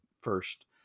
first